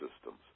systems